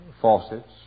faucets